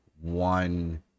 one